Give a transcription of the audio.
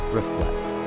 reflect